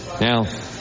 Now